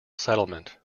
settlement